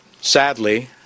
Sadly